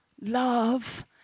love